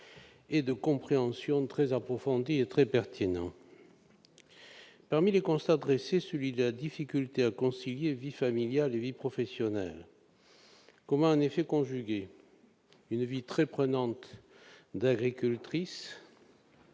et de compréhension très approfondis et pertinents. Parmi les constats dressés, on relève la difficulté à concilier vie familiale et vie professionnelle. Comment en effet conjuguer une vie très prenante d'agricultrice